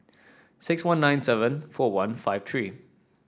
six one nine seven four one five three